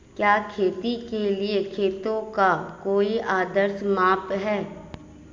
क्या खेती के लिए खेतों का कोई आदर्श माप है?